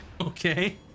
Okay